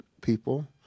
people –